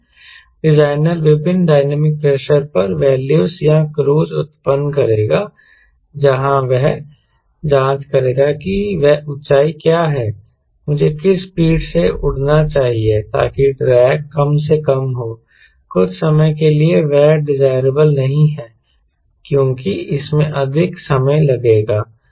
designer विभिन्न dynamic pressure पर values या क्रूज उत्पन्न करेगा जहां वह जांच करेगा कि वह ऊंचाई क्या है मुझे किस स्पीड से उड़ना चाहिए ताकि ड्रैग कम से कम हो कुछ समय के लिए वह डिजायरेबल नहीं है क्योंकि इसमें अधिक समय लगेगा